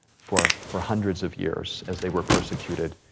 for for hundreds of years, as they were persecuted?